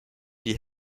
die